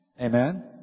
Amen